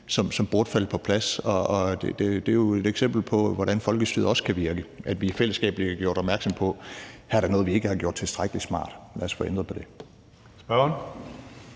som burde falde på plads. Det er jo et eksempel på, hvordan folkestyret også kan virke, at vi i fællesskab bliver gjort opmærksom på, at her er der noget, vi ikke har gjort tilstrækkelig smart. Lad os få ændret på det.